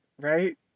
right